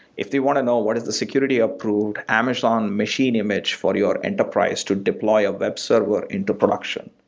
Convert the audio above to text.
if they want to know what is the security approved amazon machine image for your enterprise to deploy a web server into production.